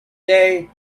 day